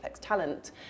talent